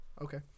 Okay